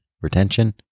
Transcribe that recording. retention